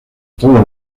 todos